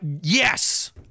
Yes